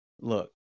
look